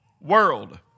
world